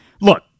Look